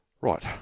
Right